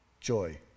joy